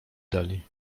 dali